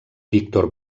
víctor